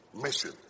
Mission